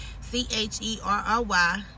c-h-e-r-r-y